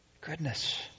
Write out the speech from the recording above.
goodness